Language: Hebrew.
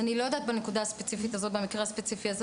אני לא יודעת במקרה הספציפי הזה,